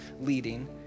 leading